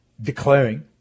declaring